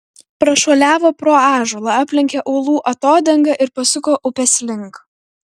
prašuoliavo pro ąžuolą aplenkė uolų atodangą ir pasuko upės link